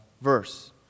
verse